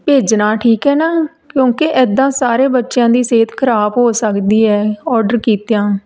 ਭੇਜਣਾ ਠੀਕ ਹੈ ਨਾ ਕਿਉਂਕਿ ਇੱਦਾਂ ਸਾਰੇ ਬੱਚਿਆਂ ਦੀ ਸਿਹਤ ਖਰਾਬ ਹੋ ਸਕਦੀ ਹੈ ਔਡਰ ਕੀਤਿਆਂ